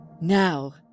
now